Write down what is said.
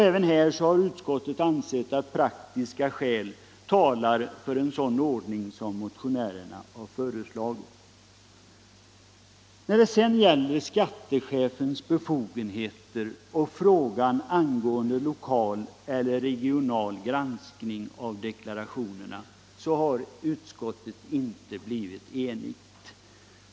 Även här har utskottet ansett att praktiska skäl talar för en sådan ordning som motionärerna har föreslagit. När det sedan gäller skattechefens befogenheter och frågan angående lokal eller regional granskning av deklarationerna har utskottet inte blivit enigt.